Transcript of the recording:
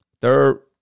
third